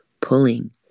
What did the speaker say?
pulling